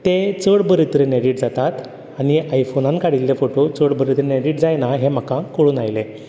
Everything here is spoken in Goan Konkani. ते चड बरे तरेन एडीट जाता आतां आनी आयफोनान काडिल्ले फोटो चड बरे तरेन एडीट जायना हें म्हाका कळून आयलें